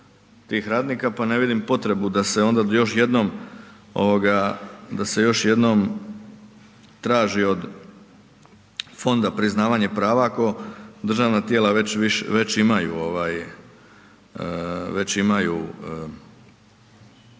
tih radnika pa ne vidim potrebu da se onda još jednom traži od fonda priznavanja prava ako državna tijela već imaju njihov